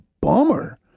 bummer